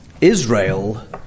Israel